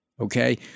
Okay